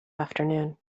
afternoon